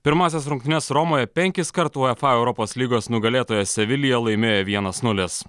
pirmąsias rungtynes romoje penkis kart uefa europos lygos nugalėtoja sevilija laimėjo vienas nulis